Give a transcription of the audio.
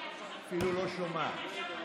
אפילו לא שומעת.